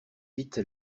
vite